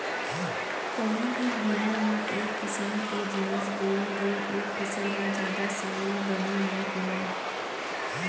कोनो भी भुइंया म एक किसम के जिनिस बोए ले ओ फसल ह जादा साल ले बने नइ होवय